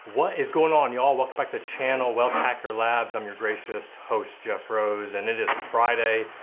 what is going on y'all! welcome back to channel wealth hacker labs. i'm your gracious host jeff rose and it is friday.